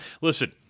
listen